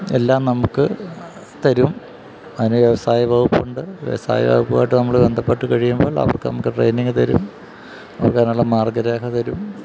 എല്ലാം നമുക്ക് തരും അതിന് വ്യവസായ വകുപ്പുണ്ട് വ്യവസായ വകുപ്പുമായിട്ട് നമ്മള് ബന്ധപ്പെട്ടുകഴിയുമ്പോൾ അവർ നമുക്ക് ട്രെയിനിങ് തരും അവർ അതിനുള്ള മാർഗരേഖ തരും